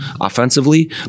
offensively